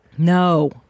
no